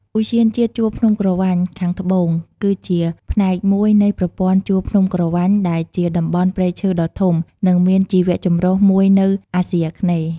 ឧទ្យានជាតិជួរភ្នំក្រវាញខាងត្បូង គឺជាផ្នែកមួយនៃប្រព័ន្ធជួរភ្នំក្រវាញដែលជាតំបន់ព្រៃឈើដ៏ធំ និងមានជីវៈចម្រុះមួយនៅអាស៊ីអាគ្នេយ៍។